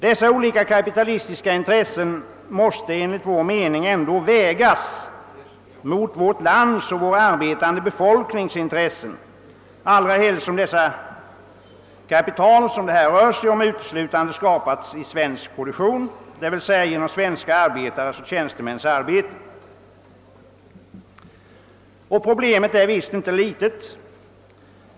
Dessa olika kapitalistiska intressen måste enligt vår mening vägas mot vårt lands och vår arbetande befolknings intressen, allra helst som det kapital som det här rör sig om uteslutande har skapats i svensk produktion, d.v.s. genom svenska arbetares och tjänstemäns arbete. Problemet är visst inte litet.